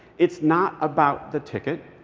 it's not about the ticket.